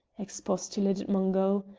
expostulated mungo.